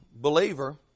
believer